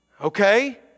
Okay